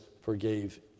forgave